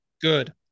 Good